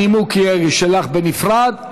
הנימוק שלך יהיה בנפרד,